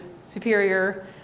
superior